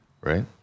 right